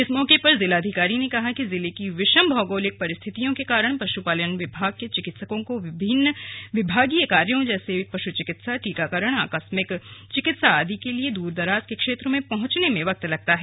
इस मौके पर जिलाधिकारी ने कहा कि जिले की विषम भौगोलिक परिस्थितियों के कारण पशुपालन विभाग के चिकित्सकों को विभिन्न विभागीय कार्यों जैसे पश् चिकित्सा टीकाकरण आकस्मिक चिकित्सा आदि के लिए दूरदराज के क्षेत्रों में पहुंचने में वक्त लगता है